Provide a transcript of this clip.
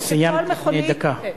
סיימת לפני דקה.